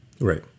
Right